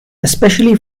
especially